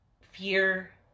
fear